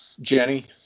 Jenny